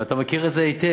ואתה מכיר את זה היטב,